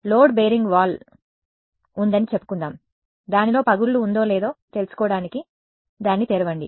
load bearing wall ఉందని చెప్పుకుందాం దానిలో పగుళ్లు ఉందో లేదో తెలుసుకోవడానికి దాన్ని తెరవండి